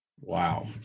Wow